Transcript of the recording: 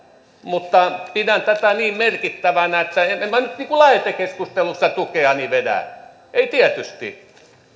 mutta pidän tätä niin merkittävänä että en minä lähetekeskustelussa tukeani vedä pois en tietysti